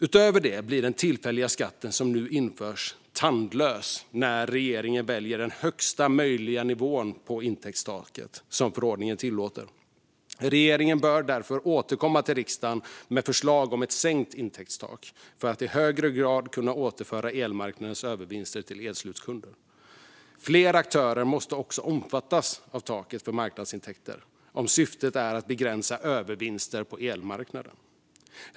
Utöver det blir den tillfälliga skatten som nu införs tandlös när regeringen väljer den högsta möjliga nivå på intäktstaket som förordningen tillåter. Regeringen bör därför återkomma till riksdagen med förslag om ett sänkt intäktstak för att i högre grad kunna återföra elmarknadens övervinster till elslutkunder. Fler aktörer måste också omfattas av taket för marknadsintäkter om syftet är att begränsa övervinster på elmarknaden.